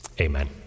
Amen